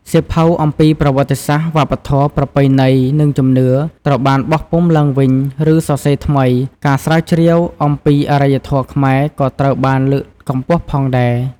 សៀវភៅអំពីប្រវត្តិសាស្ត្រ វប្បធម៌ ប្រពៃណី និងជំនឿ ត្រូវបានបោះពុម្ពឡើងវិញ ឬសរសេរថ្មី ការស្រាវជ្រាវអំពីអរិយធម៌ខ្មែរក៏ត្រូវបានលើកកម្ពស់ផងដែរ។